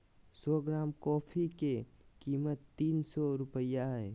सो gram coffee के कीमत तीन सो रुपया हइ